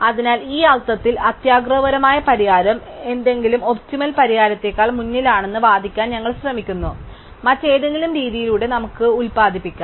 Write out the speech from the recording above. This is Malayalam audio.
അതിനാൽ ഈ അർത്ഥത്തിൽ അത്യാഗ്രഹപരമായ പരിഹാരം ഏതെങ്കിലും ഒപ്റ്റിമൽ പരിഹാരത്തേക്കാൾ മുന്നിലാണെന്ന് വാദിക്കാൻ ഞങ്ങൾ ശ്രമിക്കുന്നു മറ്റേതെങ്കിലും രീതിയിലൂടെ നമുക്ക് ഉത്പാദിപ്പിക്കാം